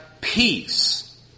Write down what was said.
peace